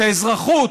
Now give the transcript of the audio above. שאזרחות,